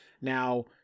Now